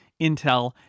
Intel